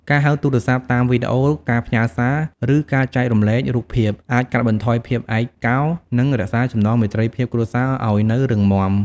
ការហៅទូរសព្ទតាមវីដេអូ ការផ្ញើសារ ឬការចែករំលែករូបភាព អាចកាត់បន្ថយភាពឯកកោ និងរក្សាចំណងមេត្រីភាពគ្រួសារឱ្យនៅរឹងមាំ។